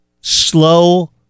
Slow